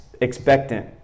expectant